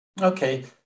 Okay